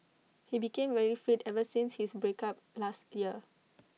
he became very fit ever since his break up last year